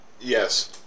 Yes